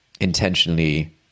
intentionally